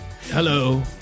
Hello